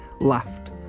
laughed